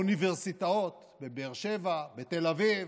באוניברסיטאות בבאר שבע, בתל אביב,